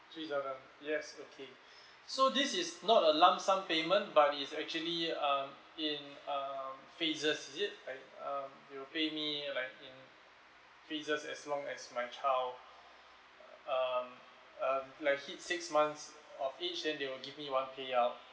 yes okay so this is not a lump sum payment but is actually um in um phases is it like um you'll pay me like in phases as long as my child um um like his sixth months of age then they will give me one payout